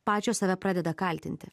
pačios save pradeda kaltinti